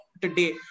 today